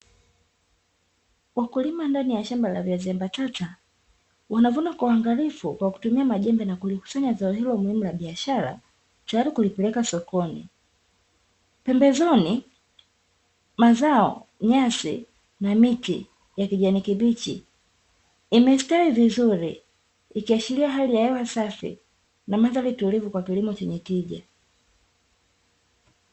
Wakulima ndani ya shamba la viazi mbatata wanavuna kwa uangalifu kwa kutumia majembe, na kulikusanya zao hilo muhimu la biashara, tayari kulipeleka sokoni. Pembezoni; mazao, nyasi, na miti ya kijani kibichi, imesitawi vizuri, ikiashiria hali ya hewa safi, na mandhari tulivu kwa kilimo chenye tija.